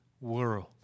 world